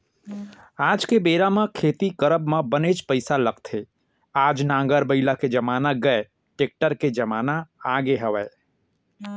आज के बेरा म खेती करब म बनेच पइसा लगथे आज नांगर बइला के जमाना गय टेक्टर के जमाना आगे हवय